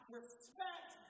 respect